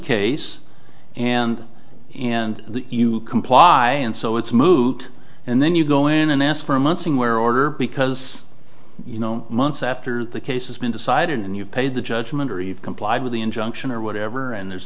case and and you comply and so it's moot and then you go in and ask for a month where order because you know months after the case has been decided and you paid the judgment or even complied with the injunction or whatever and there's